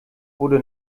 wurde